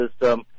system